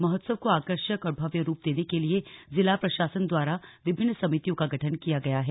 महोत्सव को आकर्षक और भव्य रूप देने के लिए जिला प्रशासन द्वारा विभिन्न समितियों का गठन किया गया है